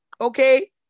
okay